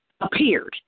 appeared